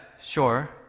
sure